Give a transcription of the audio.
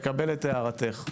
מקבל את הערתך.